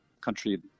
country